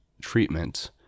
treatment